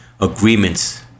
agreements